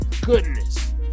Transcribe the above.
goodness